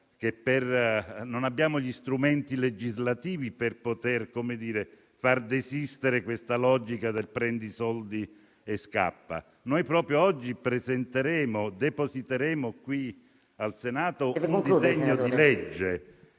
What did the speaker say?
non abbiamo gli strumenti legislativi per poter far desistere da questa logica del "prendi i soldi e scappa". Proprio oggi depositeremo qui al Senato un disegno legge